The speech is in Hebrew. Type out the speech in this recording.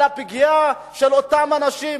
על הפגיעה באותם אנשים.